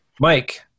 Mike